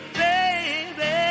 baby